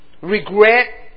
regret